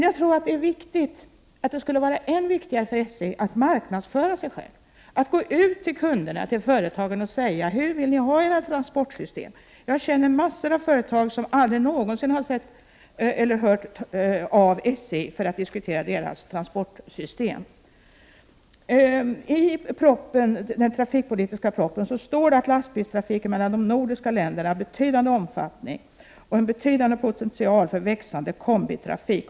Jag tror att det skulle vara än viktigare för SJ att företaget marknadsför sig självt — att det går ut till kunderna, företagen, och frågar hur de vill ha sina transportsystem. Jag känner många företagare som aldrig någonsin hört av SJ för diskussioner om transportsystemet. I den trafikpolitiska propositionen står det att lastbilstrafiken mellan de nordiska länderna är av betydande omfattning och har en betydande potential för växande kombitrafik.